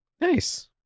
nice